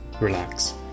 relax